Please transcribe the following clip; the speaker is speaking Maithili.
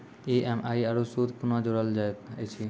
ई.एम.आई आरू सूद कूना जोड़लऽ जायत ऐछि?